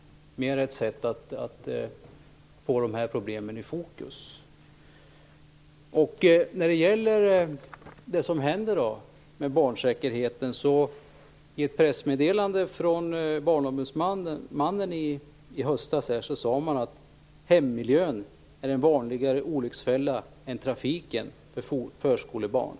Det är ett sätt att få dessa problem i fokus. När det gäller barnsäkerheten kom det i höstas ett pressmeddelande från Barnombudsmannen. Man sade att hemmiljön är en vanligare olycksfälla än trafiken för förskolebarn.